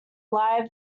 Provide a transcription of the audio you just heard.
live